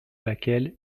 laquelle